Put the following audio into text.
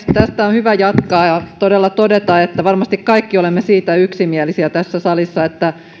tästä on hyvä jatkaa ja todella todeta että varmasti kaikki olemme siitä yksimielisiä tässä salissa että